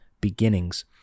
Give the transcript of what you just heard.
beginnings